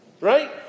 Right